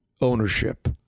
ownership